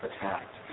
attacked